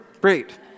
great